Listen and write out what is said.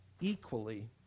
equally